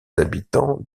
habitants